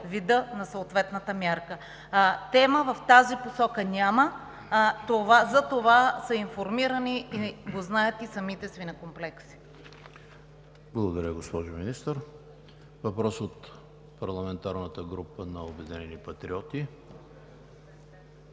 вида на съответната мярка. Тема в тази посока няма, за това са информирани и го знаят от самите свинекомплекси. ПРЕДСЕДАТЕЛ ЕМИЛ ХРИСТОВ: Благодаря Ви, госпожо Министър. Въпрос от парламентарната група на „Обединени патриоти“.